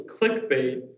clickbait